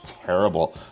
terrible